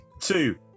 two